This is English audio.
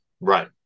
Right